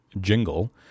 jingle